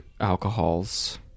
alcohols